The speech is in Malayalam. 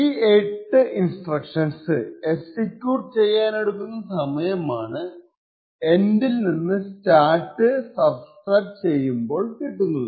ഈ 8 ഇൻസ്ട്രക്ഷൻസ് എക്സിക്യൂട്ട് ചെയ്യാനെടുക്കുന്ന സമയമാണ് ഏൻഡ് സ്റ്റാർട്ട് തരുന്നത്